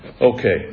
okay